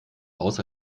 aus